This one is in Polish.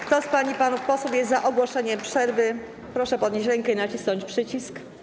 Kto z pań i panów posłów jest za ogłoszeniem przerwy, proszę podnieść rękę i nacisnąć przycisk.